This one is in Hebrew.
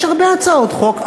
יש הרבה הצעות חוק,